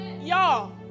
Y'all